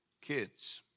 kids